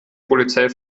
polizei